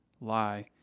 lie